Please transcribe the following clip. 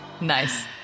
Nice